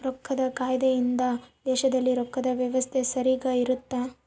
ರೊಕ್ಕದ್ ಕಾಯ್ದೆ ಇಂದ ದೇಶದಲ್ಲಿ ರೊಕ್ಕದ್ ವ್ಯವಸ್ತೆ ಸರಿಗ ಇರುತ್ತ